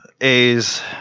A's